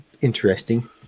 interesting